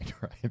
right